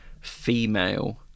female